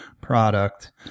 product